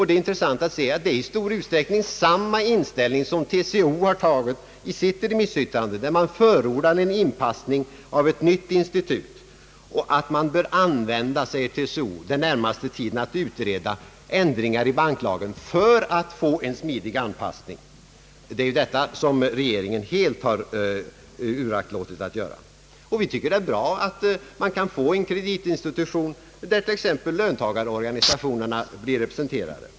Det intressanta är att det är i stor utsträckning samma inställning som TCO har givit uttryck åt i sitt remissyttrande. TCO förordade en inpassning av ett nytt institut. Man bör, säger TCO, använda den närmaste tiden till att utreda ändringar i banklagen för att få en smidig anpassning. Det är ju detta som regeringen helt har uraktlåtit att göra. Vi tycker att det är bra om man kan få en kreditinstitution där t.ex. löntagarorganisationerna blir representerade.